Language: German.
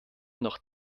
noch